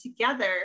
together